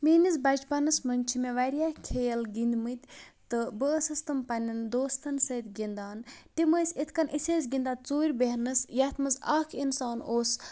میٛٲنِس بَچپَنَس منٛز چھِ مےٚ واریاہ کھیل گِنٛدۍمٕتۍ تہٕ بہٕ ٲسٕس تِم پنٛنٮ۪ن دوستَن سۭتۍ گِندان تِم ٲسۍ اِتھ کٔنۍ أسۍ ٲسۍ گِنٛدان ژوٗرِ بیٚہنَس یَتھ منٛز اَکھ اِنسان اوس